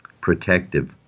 protective